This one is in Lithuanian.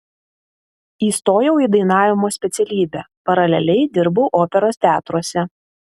įstojau į dainavimo specialybę paraleliai dirbau operos teatruose